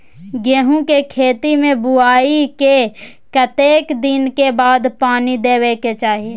गेहूँ के खेती मे बुआई के कतेक दिन के बाद पानी देबै के चाही?